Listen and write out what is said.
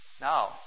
Now